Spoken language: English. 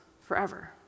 forever